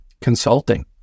consulting